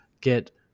get